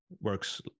works